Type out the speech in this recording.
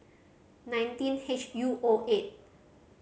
nineteen H U O eight